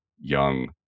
young